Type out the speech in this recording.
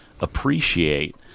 appreciate